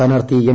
സ്ഥാനാർത്ഥി എൻ